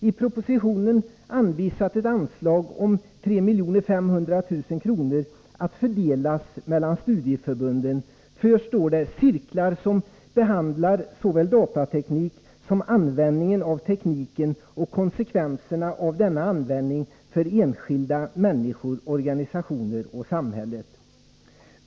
I propositionen anvisas ett anslag på 3,5 milj.kr. att fördelas mellan studieförbunden för, som det står, cirklar som behandlar såväl datateknik som användningen av tekniken och konsekvenserna av denna användning för enskilda människor, organisationer och samhälle.